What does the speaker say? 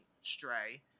stray